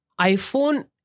iPhone